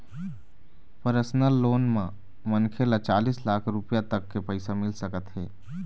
personal loan म मनखे ल चालीस लाख रूपिया तक के पइसा मिल सकत हे